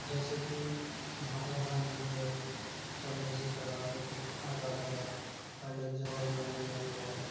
जैसे कि महात्मा गाँधी है चंद्रशेखर आज़द आज़ाद है पंडित जवाहरलाल नेहरू है